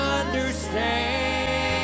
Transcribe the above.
understand